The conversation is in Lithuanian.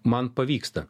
man pavyksta